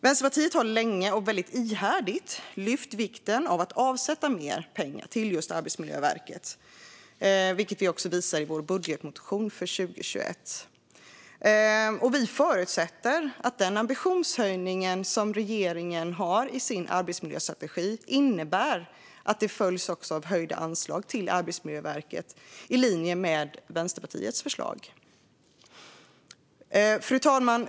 Vänsterpartiet har länge och ihärdigt lyft fram vikten av att avsätta mer pengar till just Arbetsmiljöverket, vilket vi också visar i vår budgetmotion för 2021. Vi förutsätter att den ambitionshöjning som regeringen har i sin arbetsmiljöstrategi följs av höjda anslag till Arbetsmiljöverket i linje med Vänsterpartiets förslag. Fru talman!